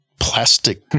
Plastic